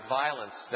violence